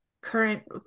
current